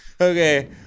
Okay